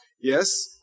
Yes